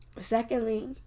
Secondly